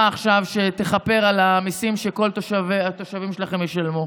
שתכפר על המיסים שכל התושבים שלכם ישלמו.